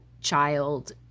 child